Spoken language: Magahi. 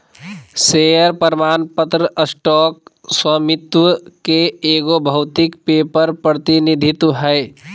शेयर प्रमाण पत्र स्टॉक स्वामित्व के एगो भौतिक पेपर प्रतिनिधित्व हइ